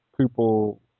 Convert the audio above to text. people